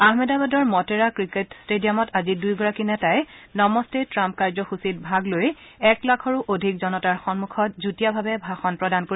আহমদাবাদৰ Motera cricket ট্টেডিয়ামত আজি দুয়োগৰাকী নেতাই নমস্তে ট্টাম্প কাৰ্যসূচীত ভাগ লৈ এক লাখৰো অধিক জনতাৰ সন্মুখত যুটীয়াভাৱে ভাষণ প্ৰদান কৰিব